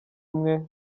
umwe